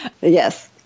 Yes